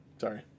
sorry